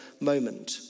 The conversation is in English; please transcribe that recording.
moment